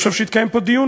אני חושב שיתקיים פה דיון,